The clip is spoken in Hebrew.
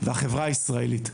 והחברה הישראלית.